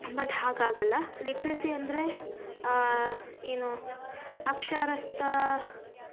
but ಹಾಗಾಗಲ್ಲ literacy ಅಂದರೆ ಏನು ಅಕ್ಷರಸ್ಥ